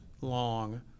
long